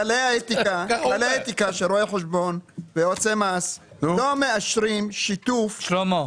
כללי האתיקה של רואי חשבון ויועצי מס לא מאשרים שיתוף --- שלמה,